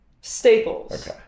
Staples